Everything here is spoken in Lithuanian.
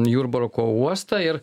jurbarko uostą ir